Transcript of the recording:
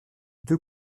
deux